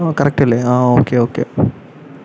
ആ കറക്ട് അല്ലെ ആ ഓക്കേ ഓക്കേ